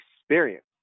experience